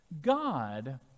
God